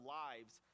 lives